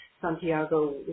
Santiago